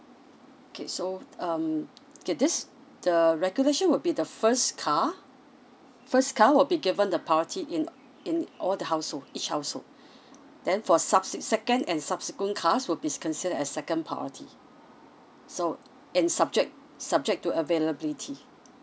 okay so um okay this the regulation will be the first car first car will be given the priority in uh in all the household each household then for subse~ second and subsequent car would be considered as second priority so and it subject subject to availability